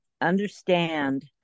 Understand